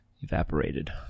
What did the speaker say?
evaporated